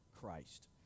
Christ